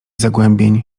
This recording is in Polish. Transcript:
zagłębień